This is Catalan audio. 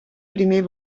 primer